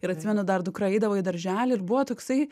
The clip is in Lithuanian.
ir atsimenu dar dukra eidavo į darželį ir buvo toksai